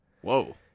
Whoa